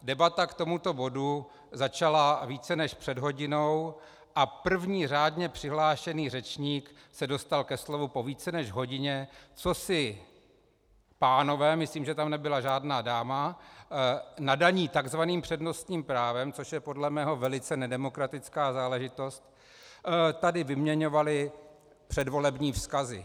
Debata k tomuto bodu začala více než před hodinou a první řádně přihlášený řečník se dostal ke slovu po více než hodině, co si pánové myslím, že tam nebyla žádná dáma nadaní takzvaným přednostním právem, což je podle mého velice nedemokratická záležitost, tady vyměňovali předvolební vzkazy.